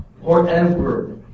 forever